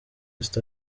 east